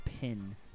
pin